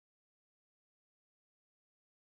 which is uh jalan-kayu